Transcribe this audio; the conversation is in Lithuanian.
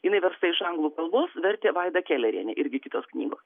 jinai versta iš anglų kalbos vertė vaida kelerienė irgi kitos knygos